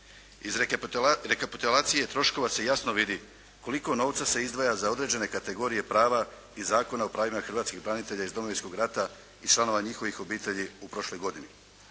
Iz rekapitulacije troškova se jasno vidi koliko novca se izdvaja za određene kategorije prava iz Zakona o pravima hrvatskih branitelja iz Domovinskog rata i članova njihovih obitelji u prošloj godini.